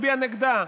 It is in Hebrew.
תצביע נגדה.